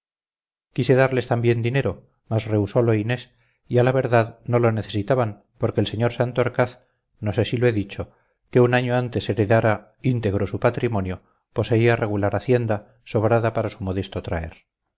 quise darles también dinero mas rehusolo inés y a la verdad no lo necesitaban porque el sr santorcaz no sé si lo he dicho que un año antes heredara íntegro su patrimonio poseía regular hacienda sobrada para su modesto traer